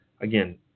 again